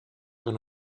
van